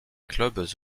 clubs